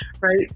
Right